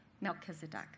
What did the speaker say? Melchizedek